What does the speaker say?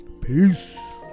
Peace